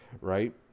right